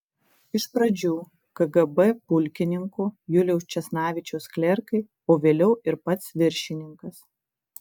iš pradžių kgb pulkininko juliaus česnavičiaus klerkai o vėliau ir pats viršininkas